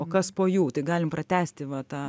o kas po jų galim pratęsti va tą